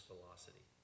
Velocity